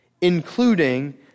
including